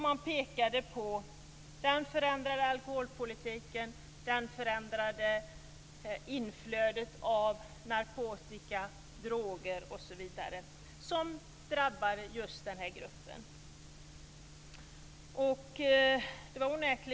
Man pekade på den förändrade alkoholpolitiken och det förändrade inflödet av narkotika, droger osv. som drabbar just den här gruppen.